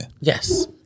Yes